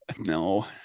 No